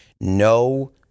no